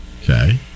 Okay